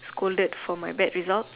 scolded for my bad results